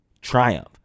triumph